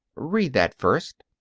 read that first.